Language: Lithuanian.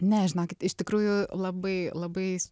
ne žinokit iš tikrųjų labai labai